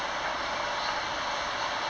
C_B_U